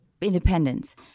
independence